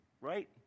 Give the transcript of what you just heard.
right